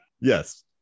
Yes